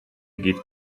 geht